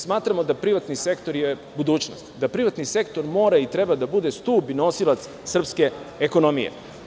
Smatramo da je privatni sektor budućnost, da privatni sektor mora i treba da bude stub i nosilac srpske ekonomije.